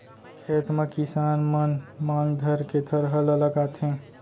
खेत म किसान मन मांग धरके थरहा ल लगाथें